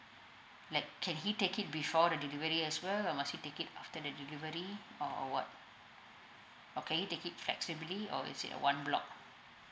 like can he take it before the delivery as well or must he take it after the delivery or what or can he take it flexibly or is it a one block